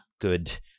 good